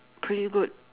pretty good